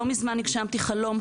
לא מזמן הגשמתי חלום,